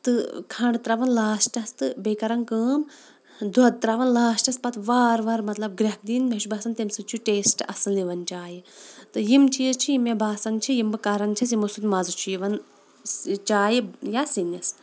تہٕ کھَنٛڈ ترٛاوان لاسٹَس تہٕ بیٚیہِ کَران کٲم دۄد ترٛاوان لاسٹَس پَتہٕ وار وار مطلب گرٛٮ۪کھ دِنۍ مےٚ چھُ باسان تمہِ سۭتۍ چھُ ٹیسٹ اَصٕل یِوان چایہِ تہٕ یِم چیٖز چھِ یِم مےٚ باسان چھِ یِم بہٕ کَران چھٮ۪س یِمو سۭتۍ مَزٕ چھِ یِوان چایہِ یا سِنِس